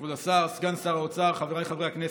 כבוד השר, סגן שר האוצר, חבריי חברי הכנסת,